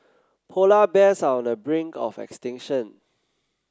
polar bears are on the brink of extinction